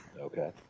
Okay